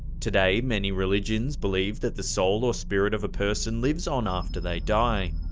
today many religions believe that the soul or spirit of a person lives on after they die.